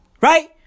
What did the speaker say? Right